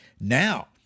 Now